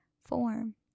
form